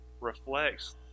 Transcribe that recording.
reflects